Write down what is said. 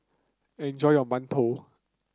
enjoy your mantou